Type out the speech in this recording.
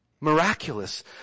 Miraculous